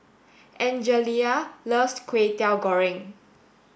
Angelia loves Kway Teow Goreng